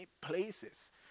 places